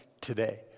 today